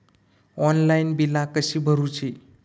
Online बिला कशी भरूची?